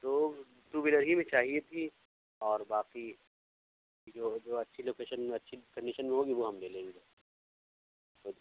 تو two wheeler ہی میں چاہیے تھی اور باقی جو جو اچھی لوکیشن میں اچھی کنڈیشن میں ہوگی وہ ہم لے لیں گے